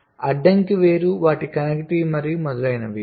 కాబట్టి అడ్డంకి వేరు వాటి కనెక్టివిటీ మరియు మొదలైనవి